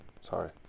sorry